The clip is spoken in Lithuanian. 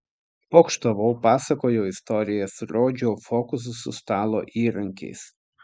pokštavau pasakojau istorijas rodžiau fokusus su stalo įrankiais